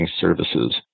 services